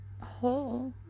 whole